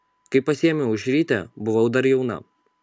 kai pasiėmiau aušrytę buvau dar jauna